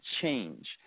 change